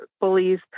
bullies